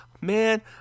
man